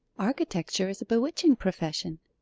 architecture is a bewitching profession.